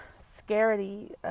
scarcity